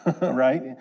right